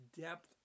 depth